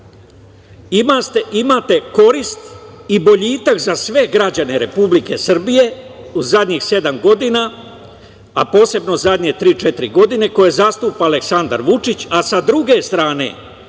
imate korist i boljitak za sve građane Republike Srbije u zadnjih sedam godina, a posebno zadnje tri-četiri godine, koje zastupa Aleksandar Vučić, a sa druge strane